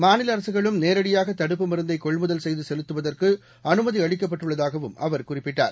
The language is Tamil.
மாநிலஅரசுகளும் நேரடியாகதடுப்பு மருந்தைகொள்முதல் செய்துசெலுத்துவதற்குஅனுமதிஅளிக்கப்பட்டுள்ளதாகவும் அவர் குறிப்பிட்டார்